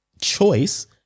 choice